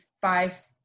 five